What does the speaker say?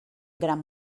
gran